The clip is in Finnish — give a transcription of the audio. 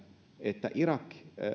että